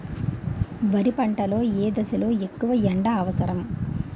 వరి పంట లో ఏ దశ లొ ఎక్కువ ఎండా అవసరం?